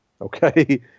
okay